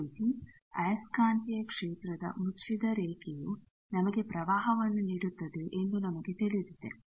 ಅದೇ ರೀತಿ ಆಯಸ್ಕಾಂತೀಯ ಕ್ಷೇತ್ರದ ಮುಚ್ಚಿದ ರೇಖೆಯು ನಮಗೆ ಪ್ರವಾಹವನ್ನು ನೀಡುತ್ತದೆ ಎಂದು ನಮಗೆ ತಿಳಿದಿದೆ